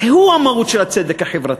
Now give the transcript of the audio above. הוא המהות של הצדק החברתי.